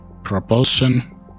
propulsion